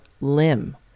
limb